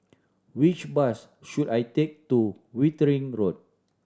which bus should I take to Wittering Road